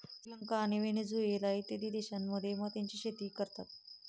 Sri Lanka, Venezuela इत्यादी देशांमध्येही मोत्याची शेती करतात